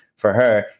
for her,